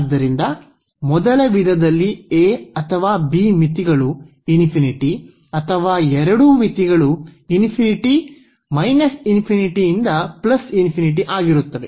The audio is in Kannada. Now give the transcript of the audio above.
ಆದ್ದರಿಂದ ಮೊದಲ ವಿಧದಲ್ಲಿ a ಅಥವಾ b ಮಿತಿಗಳು ∞ ಅಥವಾ ಎರಡೂ ಮಿತಿಗಳು ∞∞ ರಿಂದ ∞ ಆಗಿರುತ್ತವೆ